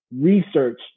research